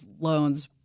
loans